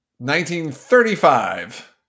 1935